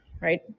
right